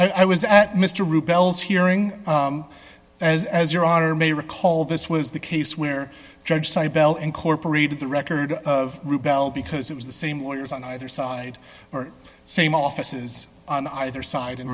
here i was at mr rubella hearing as as your honor may recall this was the case where judge sydell incorporated the record of rebel because it was the same lawyers on either side or same offices on either side and